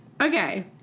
Okay